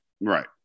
Right